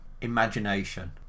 imagination